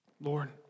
Lord